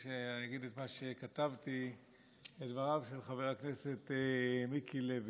של ידידי חבר הכנסת מיקי לוי,